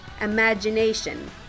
imagination